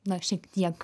na šiek tiek